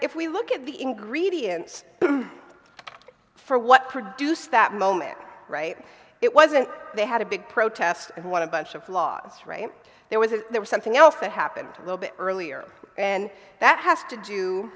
if we look at the ingredients for what produced that moment right it wasn't they had a big protest and wanted bunch of laws there was a there was something else that happened a little bit earlier and that has to do